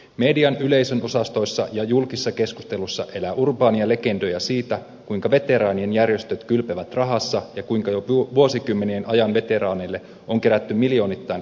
median yleisönosastoissa ja julkisessa keskustelussa elää urbaaneja legendoja siitä kuinka veteraanien järjestöt kylpevät rahassa ja kuinka jo vuosikymmenien ajan veteraaneille on kerätty miljoonittain rahaa käytettäväksi